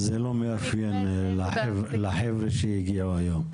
זה לא מאפיין את החבר'ה שהגיעו היום.